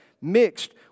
mixed